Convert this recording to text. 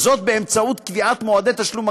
באמצעות קביעת מועדי תשלום מקסימליים.